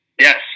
Yes